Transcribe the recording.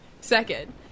Second